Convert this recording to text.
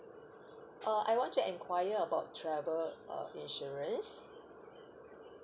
uh I want to enquire about travel uh insurance